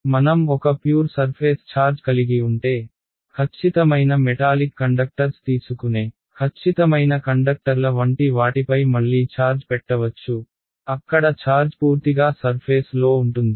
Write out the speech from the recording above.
మరోవైపు మనం ఒక ప్యూర్ సర్ఫేస్ ఛార్జ్ కలిగి ఉంటే ఖచ్చితమైన మెటాలిక్ కండక్టర్స్ తీసుకునే ఖచ్చితమైన కండక్టర్ల వంటి వాటిపై మళ్లీ ఛార్జ్ పెట్టవచ్చు అక్కడ ఛార్జ్ పూర్తిగా సర్ఫేస్ లో ఉంటుంది